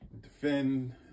defend